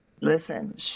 Listen